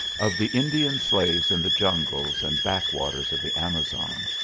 of the indian slaves in the jungles and back waters of the amazon,